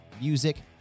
music